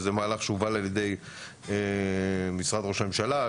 זה מהלך שהובל על ידי משרד ראש הממשלה,